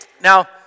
Now